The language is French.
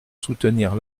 soutenir